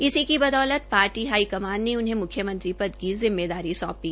इसी की बदौलत पार्टी हाईकमान ने उन्हें मुख्यमंत्री पद की जिम्मेदारी सौंपी